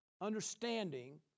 understanding